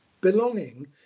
Belonging